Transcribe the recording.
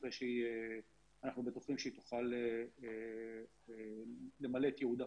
אחרי שאנחנו בטוחים שהיא תוכל למלא את ייעודה.